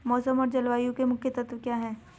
मौसम और जलवायु के मुख्य तत्व क्या हैं?